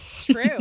True